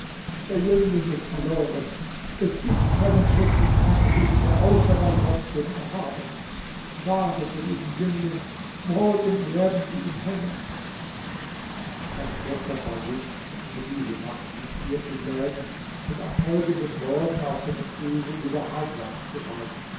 der jüngling ist verloren es gibt keinen schutz und keine hilfe außer bei gott dem erhabenen schade für diesen jüngling morgen werden sie ihn hängen er beschloß dann bei sich nur diese nacht noch hier zu bleiben und am folgenden morgen auf seinem esel wieder heimwärts zu reiten